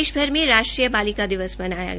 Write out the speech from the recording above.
देश भर में राष्ट्रीय बालिका दिवस मनाया गया